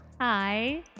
Hi